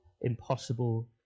impossible